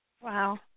Wow